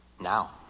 now